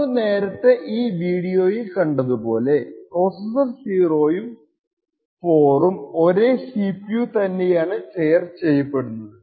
നമ്മൾ നേരത്തെ ഈ വീഡിയോയിൽ കണ്ടതുപോലേ പ്രൊസസർ 0 ഉം 4 ഉം ഒരേ CPU തന്നെയാണ് ഷെയർ ചെയ്യുന്നത്